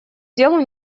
делу